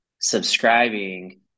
subscribing